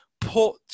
put